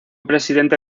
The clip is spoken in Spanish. presidente